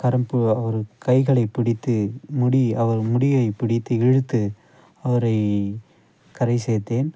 கரம் பு அவர் கைகளை பிடித்து முடி அவர் முடியை பிடித்து இழுத்து அவரை கரை சேர்த்தேன்